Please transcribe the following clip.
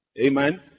Amen